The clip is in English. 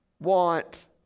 want